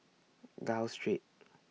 Gul Street